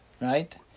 right